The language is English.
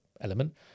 element